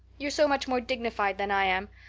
you're so much more dignified than i am.